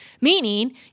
meaning